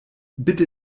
bitte